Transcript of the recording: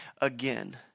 again